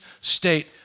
state